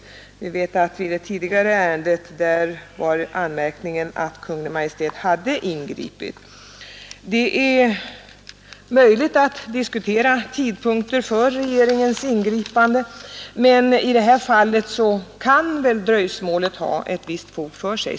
I det tidigare ärendet anmärktes det på att Kungl. Maj:t hade ingripit. Det är möjligt att diskutera tidpunkten för regeringens ingripande, men i det här fallet kan väl dröjsmålet ha ett visst fog för sig.